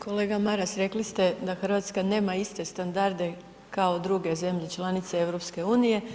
Kolega Maras, rekli ste da Hrvatska nema iste standarde kao druge zemlje članice EU.